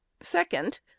second